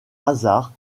hasard